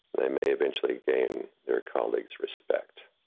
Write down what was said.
they may eventually gain their colleagues respect.